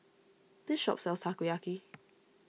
this shop sells Takoyaki